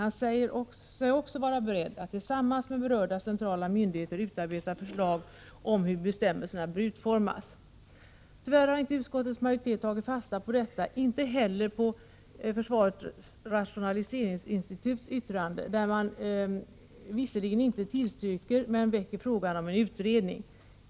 ÖB säger sig också vara beredd att tillsammans med berörda centrala myndigheter utarbeta förslag till hur bestämmelserna bör utformas. Tyvärr har inte utskottets majoritet tagit fasta på detta, inte heller på försvarets rationaliseringsinstituts yttrande, där man visserligen inte tillstyrker men väcker frågan om utredning.